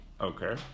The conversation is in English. Okay